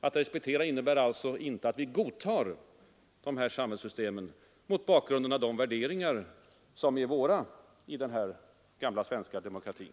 Mot bakgrund av de värderingar som är våra i den gamla svenska demokratin innebär alltså inte uttrycket respektera att vi godtar de här samhällssystemen.